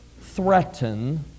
threaten